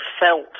felt